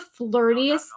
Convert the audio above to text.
flirtiest